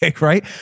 right